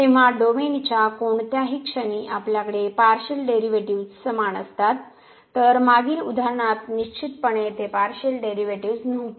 तेव्हा डोमेनच्या कोणत्याही क्षणी आपल्याकडे पार्शियल डेरिव्हेटिव्ह्ज समान असतात तर मागील उदाहरणात निश्चितपणे ते पार्शियल डेरिव्हेटिव्ह्ज नव्हते